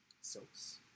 silks